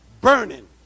burning